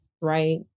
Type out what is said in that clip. Right